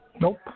Nope